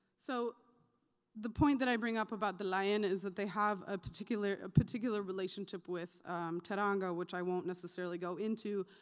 so the point that i bring up about the layene is that they have a particular particular relationship with teranga which i won't necessarily go into,